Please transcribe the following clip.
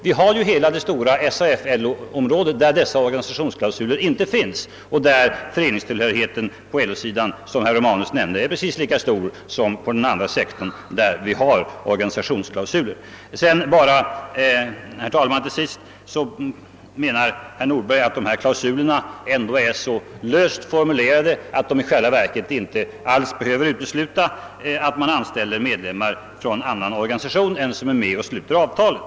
Vi har ju hela det stora SAF-LO-område där dessa organisationsklausuler inte finns och där föreningstillhörigheten på LO-sidan, såsom herr Romanus framhöll, är precis lika stor som inom den andra sektorn där det finns organisationsklausuler. Herr talman! Herr Nordberg menar att klausulerna är så allmänt formulerade att de i själva verket inte alls behöver utesluta anställandet av medlemmar från annan organisation än den som är med och sluter avtalet.